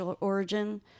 origin